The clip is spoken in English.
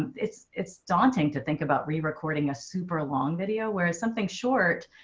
it's it's daunting to think about rerecording a super long video where it's something short.